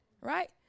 right